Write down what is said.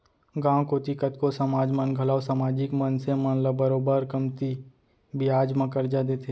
गॉंव कोती कतको समाज मन घलौ समाजिक मनसे मन ल बरोबर कमती बियाज म करजा देथे